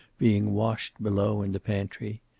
being washed below in the pantry.